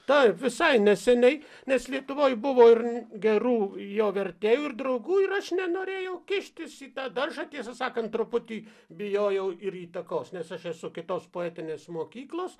taip visai neseniai nes lietuvoj buvo ir gerų jo vertėjų ir draugų ir aš nenorėjau kištis į tą daržą tiesą sakant truputį bijojau ir įtakos nes aš esu kitos poetinės mokyklos